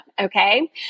Okay